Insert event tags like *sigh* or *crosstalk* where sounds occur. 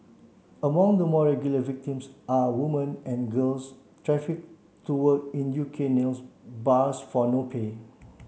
among the more regular victims are woman and girls *unintelligible* to work in U K nail bars for no pay